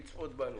לצפות בנו.